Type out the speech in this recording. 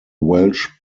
welsh